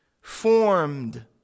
formed